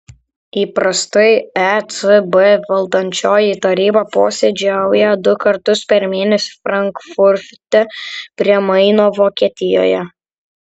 įprastai ecb valdančioji taryba posėdžiauja du kartus per mėnesį frankfurte prie maino vokietijoje